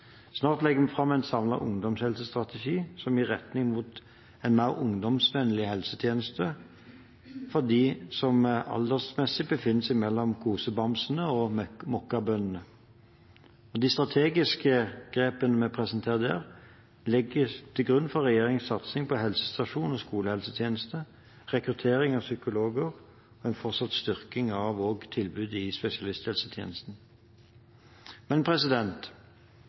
Snart legger vi fram en samlet ungdomshelsestrategi, som gir retning mot en mer ungdomsvennlig helsetjeneste for dem som aldersmessig befinner seg mellom kosebamsene og mokkabønnene. De strategiske grepene vi presenterer der, ligger til grunn for regjeringens satsing på helsestasjoner og skolehelsetjeneste, rekruttering av psykologer og en fortsatt styrking også av tilbudet i spesialisthelsetjenesten. Men